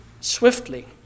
swiftly